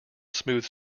smooth